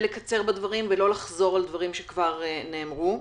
לקצר בדברים ולא לחזור על דברים שכבר נאמרו.